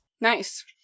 Nice